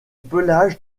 pelage